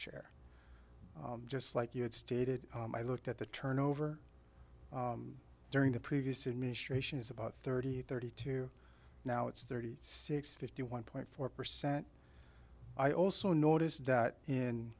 chair just like you had stated i looked at the turnover during the previous administration is about thirty eight thirty two now it's thirty six fifty one point four percent i also notice that in